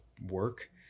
work